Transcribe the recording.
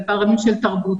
על פערים של תרבות.